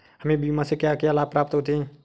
हमें बीमा से क्या क्या लाभ प्राप्त होते हैं?